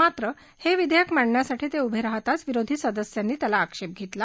मात्र हे विधेयक मांडण्यासाठी ते उभे राहताच विरोधी सदस्यांनी त्याला आक्षेप घेतला